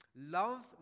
love